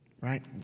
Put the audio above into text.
right